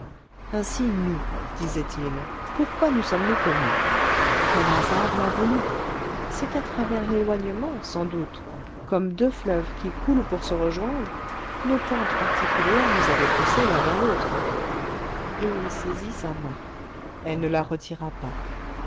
ainsi nous disait-il pourquoi nous sommes-nous connus quel hasard l'a voulu c'est qu'à travers l'éloignement sans doute comme deux fleuves qui coulent pour se rejoindre nos pentes particulières nous avaient poussés l'un vers l'autre et il saisit sa main elle ne la retira pas